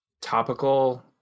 topical